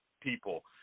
people